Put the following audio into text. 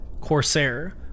corsair